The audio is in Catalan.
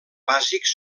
bàsics